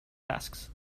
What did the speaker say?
tasks